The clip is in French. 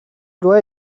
loi